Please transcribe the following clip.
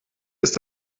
ist